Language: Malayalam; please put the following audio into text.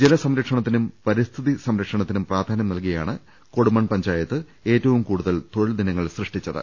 ജല സംര ക്ഷണത്തിനും പരിസ്ഥിതി സംരക്ഷണത്തിനും പ്രാധാന്യം നൽകി യാണ് കൊടുമൺ ഏറ്റവും കൂടുതൽ തൊഴിൽ ദിനങ്ങൾ സൃഷ്ടിച്ച ത്